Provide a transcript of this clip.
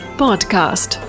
podcast